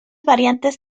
variantes